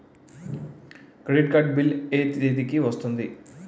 Credit card bill ఎ తేదీ కి వస్తుంది?